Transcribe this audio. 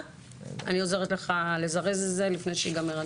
אני עוזרת לך לזרז את זה לפני שייגמר הדיון.